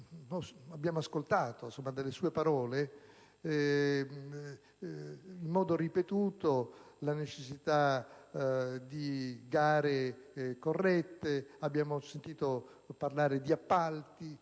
abbiamo ascoltato dalle sue parole, in modo ripetuto, la necessità di espletare gare corrette, abbiamo sentito parlare di appalti,